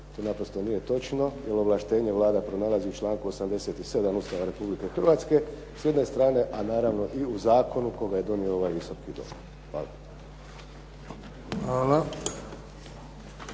To naprosto nije točno je ovlaštenje Vlada pronalazi u članku 87. Ustava Republike Hrvatske s jedne strane a naravno i u zakonu kojeg je donio ovaj Visoki dom. Hvala.